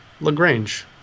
LaGrange